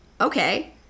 okay